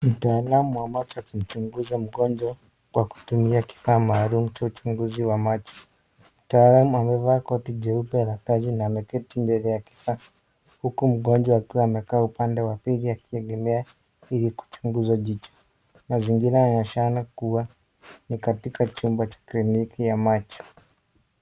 Mtaalamu wa macho akimchunguza mgonjwa kwa kutumia kifaa maalum cha uchunguzi wa macho. Mtaalam amevaa koti jeupe la kazi na ameketi mbele ya kifaa, huku mgonjwa akiwa amekaa upande wa pili akiegemea ili kuchunguza jicho. Mazingira yanaonyeshana kuwa ni katika chumba cha kliniki ya macho.